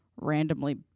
randomly